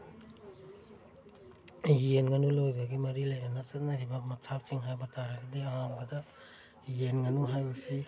ꯌꯦꯟ ꯉꯥꯅꯨ ꯂꯣꯏꯕꯒꯤ ꯃꯔꯤ ꯂꯩꯅꯅ ꯆꯠꯅꯔꯤꯕ ꯃꯊꯥꯞꯁꯤꯡ ꯍꯥꯏꯕ ꯇꯥꯔꯒꯗꯤ ꯑꯍꯥꯟꯕꯗ ꯌꯦꯟ ꯉꯥꯅꯨ ꯍꯥꯏꯕꯁꯤ